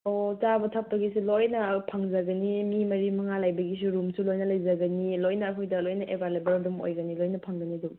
ꯑꯣ ꯆꯥꯕ ꯊꯛꯄꯒꯤꯁꯨ ꯂꯣꯏꯅ ꯐꯪꯖꯒꯅꯤ ꯃꯤ ꯃꯔꯤ ꯃꯉꯥ ꯂꯩꯕꯒꯤꯁꯨ ꯔꯨꯝꯁꯨ ꯂꯣꯏꯅ ꯂꯩꯖꯒꯅꯤ ꯂꯣꯏꯅ ꯑꯩꯈꯣꯏꯗ ꯂꯣꯏꯅ ꯑꯦꯕꯥꯏꯂꯦꯕꯜ ꯑꯗꯨꯝ ꯑꯣꯏꯒꯅꯤ ꯂꯣꯏꯅ ꯐꯪꯒꯅꯤ ꯑꯗꯨꯝ